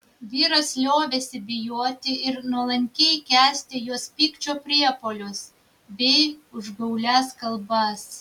vyras liovėsi bijoti ir nuolankiai kęsti jos pykčio priepuolius bei užgaulias kalbas